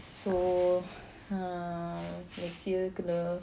so err next year kena